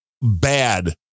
bad